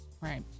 Right